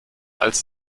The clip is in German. als